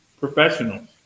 professionals